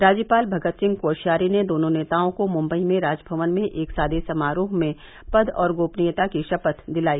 राज्यपाल भगत सिंह कोश्यारी ने दोनों नेताओं को मुम्बई में राजभवन में एक सादे समारोह में पद और गोपनीयता की शपथ दिलाई